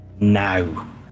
NOW